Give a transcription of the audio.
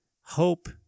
Hope